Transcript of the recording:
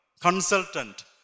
consultant